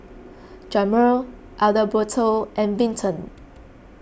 Jamir Adalberto and Vinton